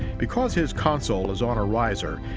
because his console is on a riser,